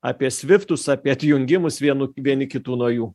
apie sviftus apie atjungimus vienų vieni kitų nuo jų